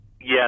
Yes